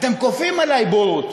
אתם כופים עלי בורות,